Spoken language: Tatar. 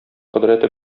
кодрәте